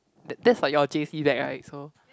that that's like your J_C that right so